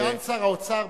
סגן שר האוצר,